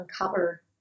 uncover